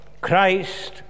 Christ